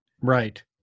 Right